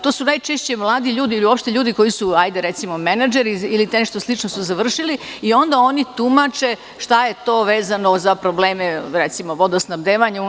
To su najčešće mladi ljudi, ili uopšte ljudi koji su recimo menadžeri, ili nešto slično su završili, i onda oni tumače šta je to vezano za probleme recimo vodosnabdevanja recimo.